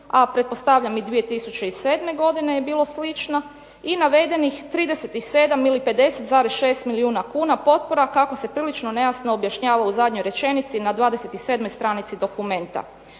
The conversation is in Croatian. a pretpostavljam i 2007. godine je bilo slično. I navedenih 37 ili 50,6 milijuna kuna potpora kako se prilično nejasno objašnjava u zadnjoj rečenici na 27 stranici dokumenta.